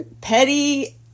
petty